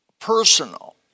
personal